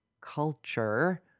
culture